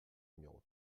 numéro